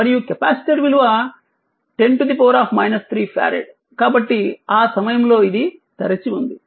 మరియు కెపాసిటర్ విలువ 10 3 ఫారెడ్ కాబట్టి ఆ సమయంలో ఇది తెరిచి ఉంది